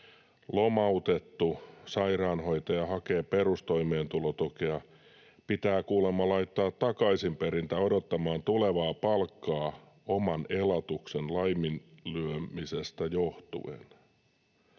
lomautettu sairaanhoitaja hakee perustoimeentulotukea, pitää kuulemma laittaa takaisinperintä odottamaan tulevaa palkkaa oman elatuksen laiminlyömisestä johtuen.